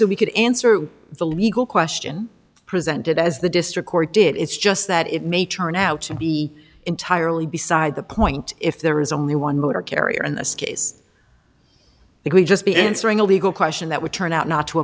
so we could answer to the legal question presented as the district court did its just that it may turn out to be entirely beside the point if there is only one motor carrier in this case it would just be answering a legal question that would turn out not to